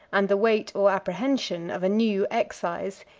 and the weight or apprehension of a new excise,